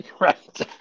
Right